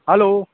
hello